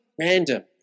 random